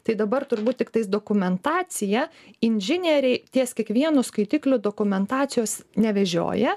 tai dabar turbūt tiktais dokumentacija inžinieriai ties kiekvienu skaitikliu dokumentacijos nevežioja